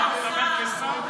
ואתה,